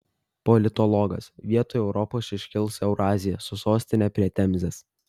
politologas vietoj europos iškils eurazija su sostine prie temzės